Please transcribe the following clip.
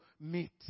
meet